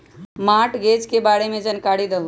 Mortgage के बारे में जानकारी देहु?